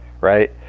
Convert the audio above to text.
right